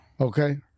Okay